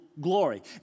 glory